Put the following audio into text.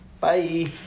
Bye